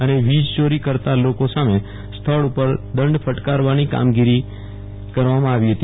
અને વીજ ચોરી કરતા લોકો સામે સ્થળ ઉપર દંડ ફટકારવાની કામગીરી કરવામાં આવી હતી